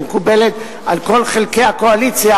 שמקובלת על כל חלקי הקואליציה,